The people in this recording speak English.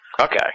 Okay